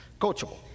coachable